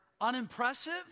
unimpressive